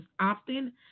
often